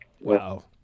Wow